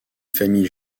famille